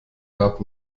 gab